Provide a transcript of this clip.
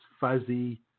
fuzzy